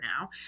now